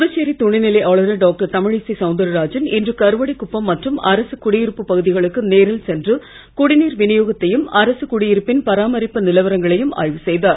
புதுச்சேரி துணைநிலை ஆளுநர் டாக்டர் தமிழிசை சவுந்தாராஜன் இன்று கருவடிக்குப்பம் மற்றும் அரசுக் குடியிருப்பு பகுதிக்கு நேரில் சென்று குடிநீர் விநியோகத்தையும் அரசுக் குடியிருப்பின் பராமரிப்பு நிலவரங்களையும் ஆய்வு செய்தார்